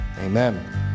Amen